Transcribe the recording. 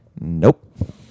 Nope